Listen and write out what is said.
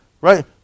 right